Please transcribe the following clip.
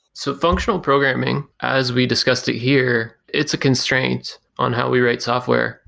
so functional programming as we discussed here, it's a constraint on how we write software.